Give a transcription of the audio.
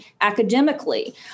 academically